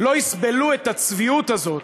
לא יסבלו את הצביעות הזאת